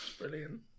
Brilliant